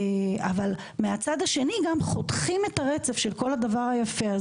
אבל מהצד השני גם חותכים את הרצף של כל הדבר היפה הזה.